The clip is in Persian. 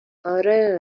آره